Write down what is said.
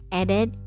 added